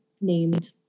named